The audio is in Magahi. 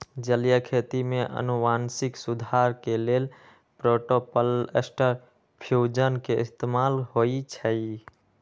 जलीय खेती में अनुवांशिक सुधार के लेल प्रोटॉपलस्ट फ्यूजन के इस्तेमाल होई छई